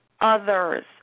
others